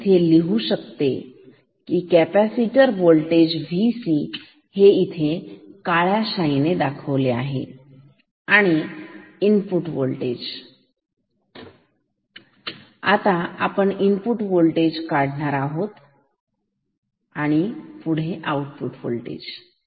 मी लिहू शकतो हे आहे VC आणि हे काळ्या शाईने दाखवलेली आहे Vi आणि आता आपण काढणार आहोत आउटपुट होल्टेज